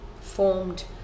formed